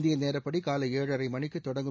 இந்திய நேரப்படி காலை ஏழரை மணிக்கு தொடங்கும்